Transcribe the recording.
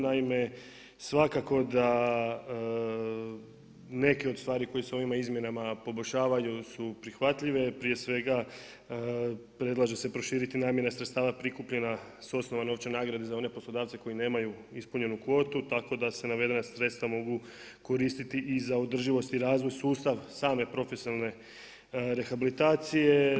Naime, svakako da neke od stvari koje se ovim izmjenama poboljšavaju su prihvatljive, prije svega predlaže se proširiti namjena sredstava prikupljena s osnova novčane nagrade za one poslodavce koji nemaju ispunjenu kvotu tako da se navedena sredstva mogu koristiti i za održivost i razvoj sustav same profesionalne rehabilitacije.